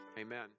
Amen